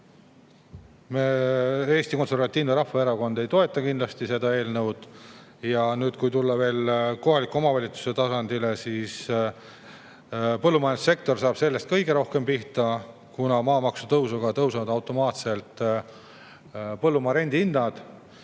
Eesti Konservatiivne Rahvaerakond kindlasti ei toeta seda eelnõu. Nüüd, kui tulla veel kohaliku omavalitsuse tasandile, siis põllumajandussektor saab kõige rohkem pihta, kuna maamaksu tõusuga tõusevad automaatselt põllumaa rendihinnad,